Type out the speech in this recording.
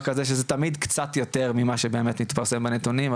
כזה שזה תמיד קצת יותר ממה שבאמת מתפרסם בנתונים,